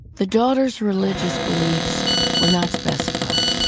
the daughter's religious beliefs were not specified.